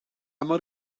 mor